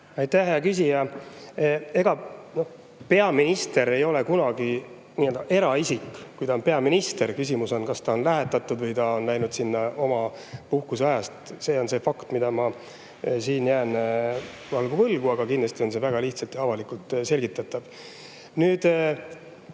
Aitäh, hea küsija! Ega peaminister ei ole kunagi eraisik, kui ta on peaminister. Küsimus on, kas ta lähetati või ta läks sinna oma puhkuse ajal. See on fakt, mille ma jään praegu võlgu, aga kindlasti on see väga lihtsalt ja avalikult selgitatav. Nüüd,